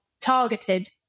targeted